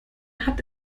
hat